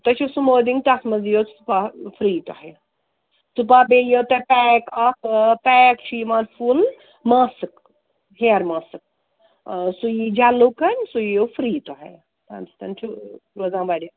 تۄہہِ چھَو سُمودِنٛگ تَتھ منٛز یِیَو سُپا فرٛی تۄہہِ سُپا بیٚیہِ یِیو توہہِ پیک اَکھ پیک چھِ یِوان فُل ماسٕک ہِیَر ماسٕک سُہ یِی جَلُکَن سُہ یِیَو فرٛی تۄہہِ تٔمۍ سۭتۍ چھُ روزان واریاہ